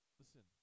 listen